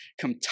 Come